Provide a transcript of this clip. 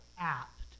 apt